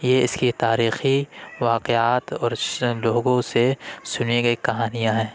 یہ اس کی تاریخی واقعات اور لوگوں سے سنی گئی کہانیاں ہے